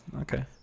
Okay